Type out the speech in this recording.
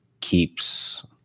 keeps